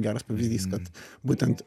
geras pavyzdys kad būtent